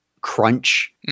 crunch